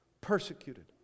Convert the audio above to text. persecuted